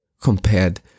compared